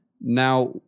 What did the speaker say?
Now